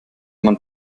man